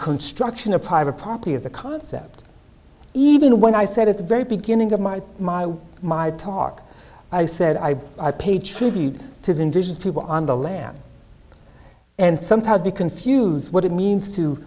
construction of private property is a concept even when i said at the very beginning of my my my talk i said i i pay tribute to the indigenous people on the land and sometimes they confuse what it means to